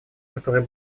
которой